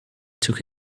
took